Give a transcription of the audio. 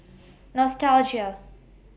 Nostalgia